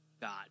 God